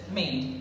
made